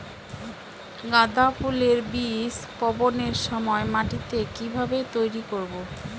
গাদা ফুলের বীজ বপনের সময় মাটিকে কিভাবে তৈরি করব?